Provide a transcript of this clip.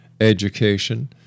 education